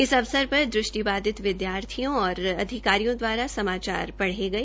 इस अवसर पर दृष्टिबाधित विद्यार्थियों और अधिकारियों द्वारा समाचार पढे गए